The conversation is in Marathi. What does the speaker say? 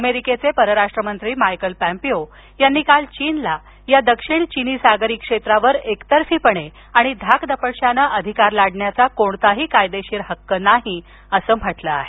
अमेरिकेचे परराष्ट्रमंत्री मायकल पोम्पीओ यांनी काल चीनला या दक्षिण चीनी सागरी क्षेत्रावर एकतर्फीपणे आणि धाक दपटशाने अधिकार लादण्याचा कोणताही कायदेशीर हक्क नसल्याचं म्हटलं आहे